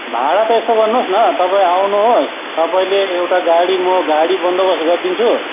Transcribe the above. भाडा त यस्तो गर्नुहोस् न तपाईँ आउनुहोस् तपाईँले एउटा गाडी म गाडी बन्दोबस्त गरिदिन्छु